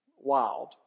wild